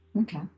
Okay